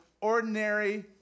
ordinary